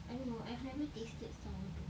I don't know I've never tasted sourdough